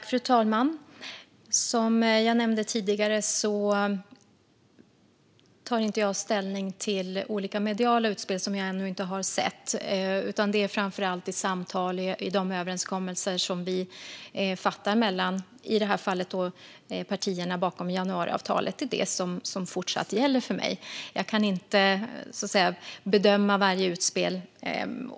Fru talman! Som jag sa tidigare tar jag inte ställning till olika mediala utspel som jag ännu inte har sett. I det här fallet är det framför allt de överenskommelser som vi partier bakom januariavtalet träffat som fortfarande gäller för mig. Jag kan inte bedöma varje utspel.